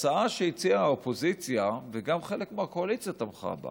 ההצעה שהציעה האופוזיציה וגם חלק מהקואליציה תמכה בה